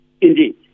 Indeed